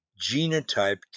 genotype